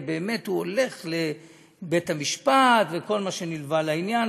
ובאמת הוא הולך לבית-המשפט וכל מה שנלווה לעניין,